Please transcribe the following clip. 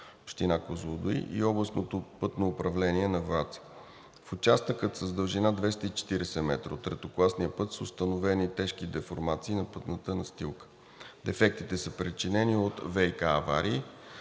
Община Козлодуй и Областното пътно управление на Враца. В участъка с дължина 240 м от третокласния път са установени тежки деформации на пътната настилка. Дефектите са причинени от ВиК аварии,